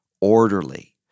orderly